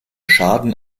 schaden